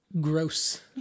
Gross